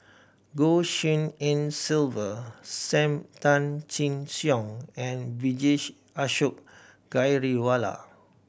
Goh Shin En Sylvia Sam Tan Chin Siong and Vijesh Ashok Ghariwala